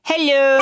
Hello